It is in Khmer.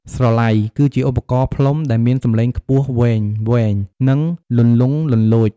ស្រឡៃ គឺជាឧបករណ៍ផ្លុំដែលមានសំឡេងខ្ពស់វែងៗ និងលន្លង់លលោច។